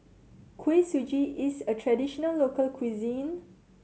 Kuih Suji is a traditional local cuisine